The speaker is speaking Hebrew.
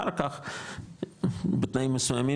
אחר כך בתנאים מסוימים,